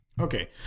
Okay